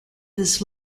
this